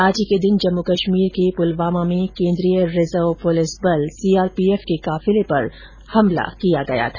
आज ही के दिन जम्मू कश्मीर के पुलवामा में कोन्द्रीय रिजर्व पुलिस बल सीआरपीएफ के काफिले पर हमला किया गया था